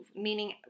meaning